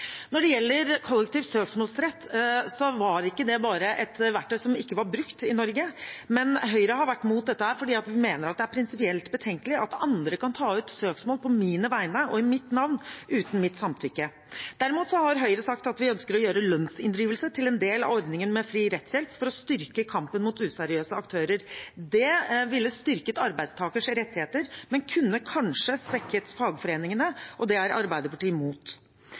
Når det gjelder kollektiv søksmålsrett, var ikke det bare et verktøy som ikke var brukt i Norge, men Høyre har vært mot dette fordi vi mener det er prinsipielt betenkelig at andre kan ta ut søksmål på mine vegne og i mitt navn uten mitt samtykke. Derimot har Høyre sagt at vi ønsker å gjøre lønnsinndrivelse til en del av ordningen med fri rettshjelp, for å styrke kampen mot useriøse aktører. Det ville styrket arbeidstakers rettigheter, men kunne kanskje svekket fagforeningene, og det er Arbeiderpartiet